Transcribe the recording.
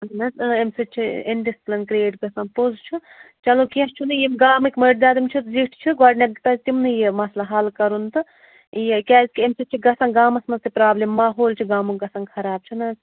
اَہَن حظ اَمہِ سۭتۍ چھِ اِن ڈِسپٕلِن کِرٛیَیٚٹ گژھان پوٚز چھُ چلو کیٚنٛہہ چھُنہٕ یِم گامٕکۍ مٔرۍدم چھِ زِٹھۍ چھِ گۄڈنٮ۪تھ پَزِ تِمنٕے یہِ مَسلہٕ حَل کَرُن تہٕ یہِ کیٛازِکہِ اَمہِ سۭتۍ چھِ گژھان گامَس منٛز تہِ پرابلِم ماحول چھُ گامُک گژھان خراب چھُنہٕ حظ